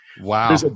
Wow